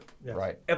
Right